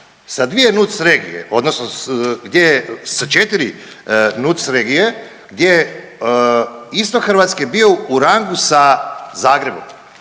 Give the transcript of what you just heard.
sa dvije NUTS regije odnosno s, gdje sa 4 NUTS regije gdje istok Hrvatske bio u rangu sa Zagrebom,